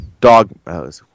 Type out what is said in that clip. dog